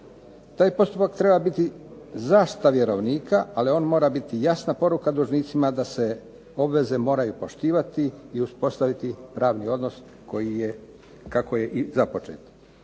Taj postupak treba biti zaštita vjerovnika, ali on mora biti jasna poruka dužnicima da se obveze moraju poštivati i uspostaviti pravni odnos kako je i započet.